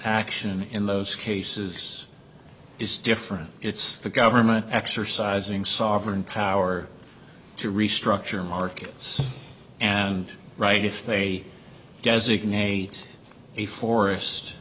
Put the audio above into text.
action in those cases is different it's the government exercising sovereign power to restructure markets and right if they designate a forest